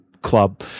club